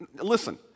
listen